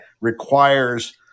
requires